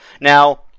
Now